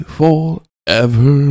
forever